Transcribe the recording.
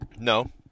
no